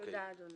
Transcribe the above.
תודה, אדוני.